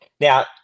now